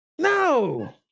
No